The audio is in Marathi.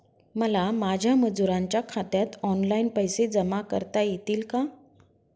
मला माझ्या मजुरांच्या खात्यात ऑनलाइन पैसे जमा करता येतील का?